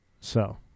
So-